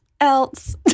else